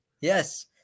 Yes